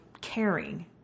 caring